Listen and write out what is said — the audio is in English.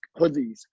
hoodies